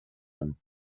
him